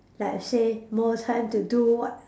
like say more time to do what